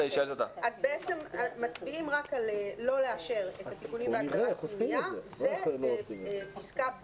בעצם מצביעים רק על לא לאשר את התיקונים בהגדרה פנימייה ופסקה (ב)